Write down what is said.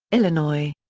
illinois.